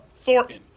Thornton